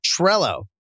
Trello